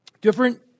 different